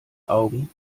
augen